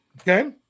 Okay